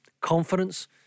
confidence